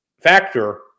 factor